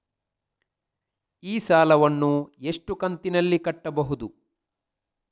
ಈ ಸಾಲವನ್ನು ಎಷ್ಟು ಕಂತಿನಲ್ಲಿ ಕಟ್ಟಬಹುದು?